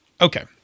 Okay